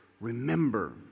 Remember